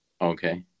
Okay